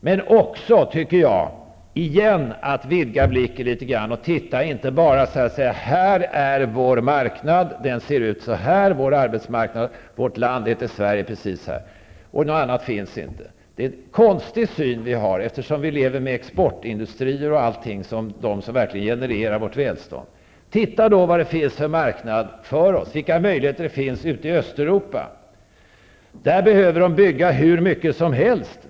Men jag tycker också att vi åter skall vidga blicken litet och inte bara säga att här är vår marknad, så ser vår arbetsmarknad ut, vårt land heter Sverige -- och något annat finns inte. Det är en konstig syn vi har, eftersom vi lever med exportindustrier osv. som verkligen genererar vårt välstånd. Se då vad det finns för marknad för oss, vilka möjligheter det finns ute i Östeuropa! Där behöver de bygga hur mycket som helst.